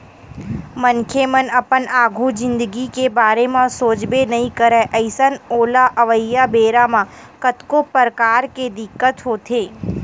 मनखे मन अपन आघु जिनगी के बारे म सोचबे नइ करय अइसन ओला अवइया बेरा म कतको परकार के दिक्कत होथे